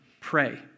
Pray